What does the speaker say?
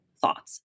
thoughts